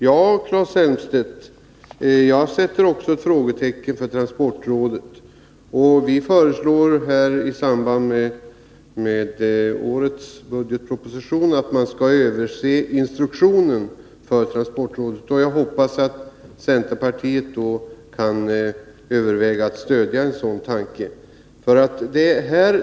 Ja, Claes Elmstedt, jag sätter också frågetecken för transportrådet. Vi föreslår i samband med årets budgetproposition att man skall se över instruktionen för transportrådet. Jag hoppas att centerpartiet kan överväga att stödja en sådan tanke.